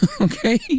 Okay